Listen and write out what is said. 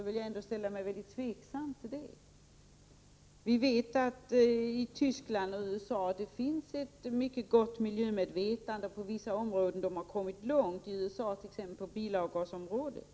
Vi vet att det i Västtyskland och USA finns ett mycket gott miljömedvetande på vissa områden och att man kommit långt, i USA t.ex. på bilavgasområdet.